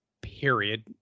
period